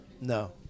No